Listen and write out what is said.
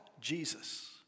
Jesus